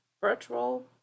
virtual